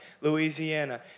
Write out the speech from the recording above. Louisiana